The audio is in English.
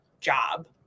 job